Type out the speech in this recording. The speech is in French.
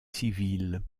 civil